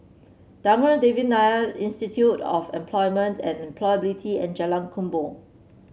Thanggam Devan Nair Institute of Employment and Employability and Jalan Kubor